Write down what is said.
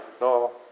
No